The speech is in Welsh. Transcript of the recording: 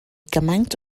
gymaint